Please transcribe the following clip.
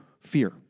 fear